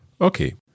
Okay